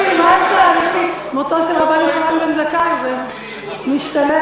מותו של רבן יוחנן בן זכאי, זה משתלב.